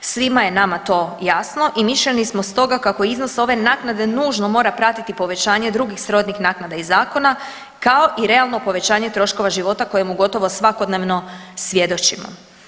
Svima je nama to jasno i mišljenja smo toga kako iznos ove naknade nužno mora pratiti povećanje drugih srodnih naknada iz zakona kao i realno povećanje troškova života kojemu gotovo svakodnevno svjedočimo.